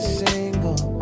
single